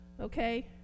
Okay